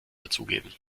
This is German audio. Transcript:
dazugeben